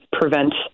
prevent